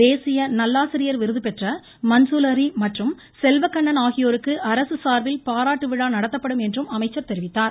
தேசிய நல்லாசிரியர் விருது பெற்ற மன்சூர் அலி மற்றும் செல்வக்கண்ணன் ஆகியோருக்கு அரசு சார்பில் பாராட்டு விழா நடத்தப்படும் என்றும் அமைச்சர் தெரிவித்தார்